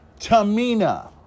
Tamina